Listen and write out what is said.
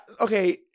Okay